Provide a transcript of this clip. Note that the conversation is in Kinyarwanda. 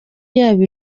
yaba